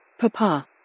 Papa